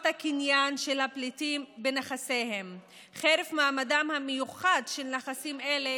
הקניין של הפליטים בנכסיהם חרף מעמדם המיוחד של נכסים אלה